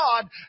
God